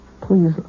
Please